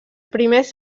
primers